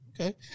Okay